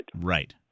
Right